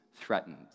threatened